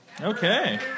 Okay